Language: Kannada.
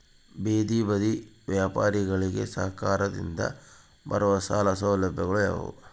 ಬೇದಿ ಬದಿ ವ್ಯಾಪಾರಗಳಿಗೆ ಸರಕಾರದಿಂದ ಬರುವ ಸಾಲ ಸೌಲಭ್ಯಗಳು ಯಾವುವು?